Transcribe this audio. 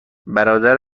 برادر